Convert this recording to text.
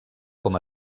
com